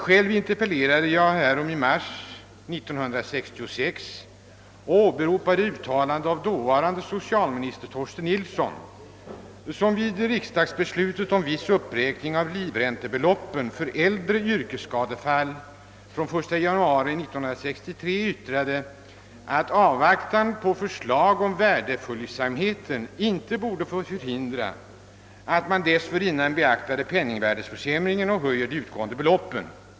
Själv interpellerade jag härom i mars 1966 och åberopade då ett uttalande av dåvarande socialministern Torsten Nilsson, som vid riksdagsbeslutet om viss uppräkning av livräntebeloppen för äldre yrkesskadefall från 1 januari 1963 yttrade, att avvaktan på förslag om värdeföljsamhet inte borde få förhindra att man dessförinnan beaktade penningvärdeförsämringen och höjde de utgående beloppen.